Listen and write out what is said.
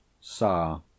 Sa